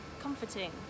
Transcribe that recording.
comforting